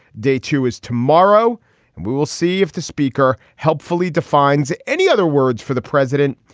day two is tomorrow and we will see if the speaker helpfully defines any other words for the president.